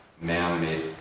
man-made